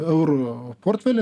eurų portfelį